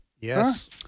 Yes